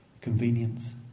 convenience